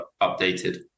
updated